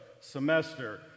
semester